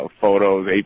photos